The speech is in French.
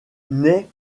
naît